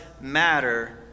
matter